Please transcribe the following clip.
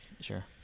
Sure